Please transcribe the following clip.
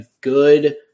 good